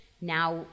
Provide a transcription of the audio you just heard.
now